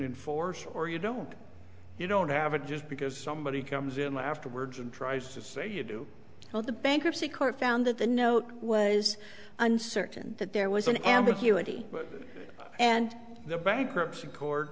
enforce or you don't you don't have a just because somebody comes in afterwards and tries to say you do all the bankruptcy court found that the note was uncertain that there was an ambiguity and the bankruptcy court